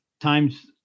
times –